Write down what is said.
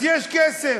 אז יש כסף.